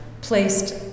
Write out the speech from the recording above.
placed